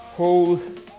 Hold